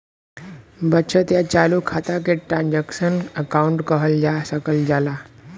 बचत या चालू खाता के ट्रांसक्शनल अकाउंट कहल जा सकल जाला